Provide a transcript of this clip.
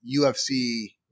UFC